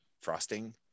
frosting